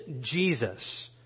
Jesus